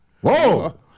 Whoa